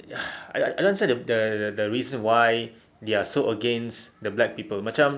I don't understand the the the reason why they are so against the black people macam